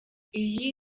iyi